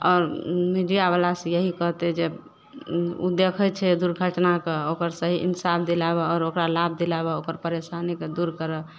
आओर मीडियावला के यही कहतय जे उ देखय छै दुर्घटनाके ओकर सही इंसाफ दिलाबऽ आओर ओकरा लाभ दिलाबऽ ओकर परेशानीके दूर करऽ